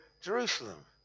Jerusalem